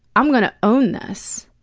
i'm gonna own this.